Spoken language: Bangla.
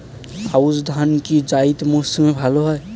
আউশ ধান কি জায়িদ মরসুমে ভালো হয়?